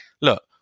look